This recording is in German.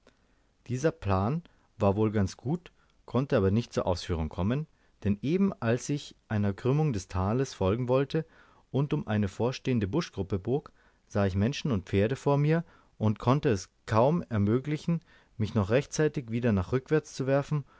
dieser plan war wohl ganz gut konnte aber nicht zur ausführung kommen denn eben als ich einer krümmung des tales folgen wollte und um eine vorstehende buschgruppe bog sah ich menschen und pferde vor mir und konnte es kaum ermöglichen mich noch rechtzeitig wieder nach rückwärts zu werfen